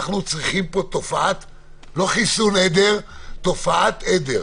אנחנו צריכים לא חיסון עדר אלא תופעת עדר.